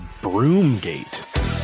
Broomgate